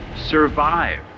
survive